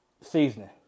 Seasoning